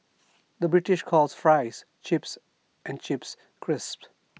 the British calls Fries Chips and Chips Crisps